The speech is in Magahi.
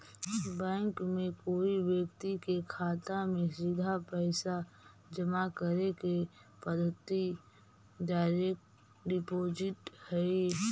बैंक में कोई व्यक्ति के खाता में सीधा पैसा जमा करे के पद्धति डायरेक्ट डिपॉजिट हइ